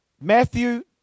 Matthew